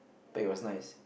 but it was nice